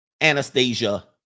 Anastasia